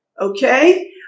Okay